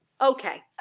Okay